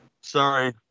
Sorry